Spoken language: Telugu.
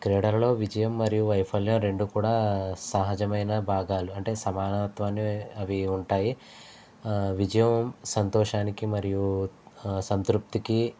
క్రీడలలో విజయం మరియు వైఫల్యం రెండు కూడా సహజమైన భాగాలు అంటే సమానత్వాన్ని అవి ఉంటాయి విజయం సంతోషానికి మరియు సంతృప్తికి